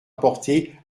apportées